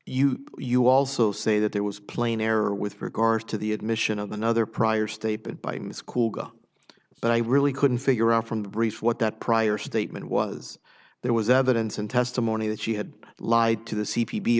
you you also say that there was plain error with regard to the admission of another prior statement by ms cool guy but i really couldn't figure out from the brief what that prior statement was there was evidence and testimony that she had lied to the c p b